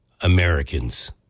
Americans